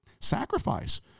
sacrifice